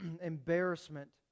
embarrassment